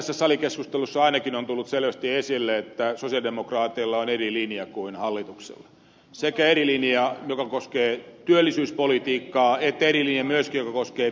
se tässä salikeskustelussa on ainakin selvästi tullut esille että sosialidemokraateilla on eri linja kuin hallituksella sekä eri linja joka koskee työllisyyspolitiikkaa että eri linja myöskin joka koskee verotusta